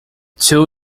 two